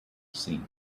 seen